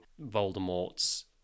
Voldemort's